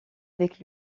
avec